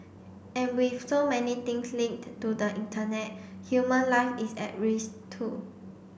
and with so many things linked to the Internet human life is at risk too